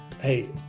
hey